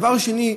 דבר שני,